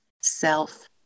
self